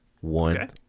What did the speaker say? one